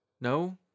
No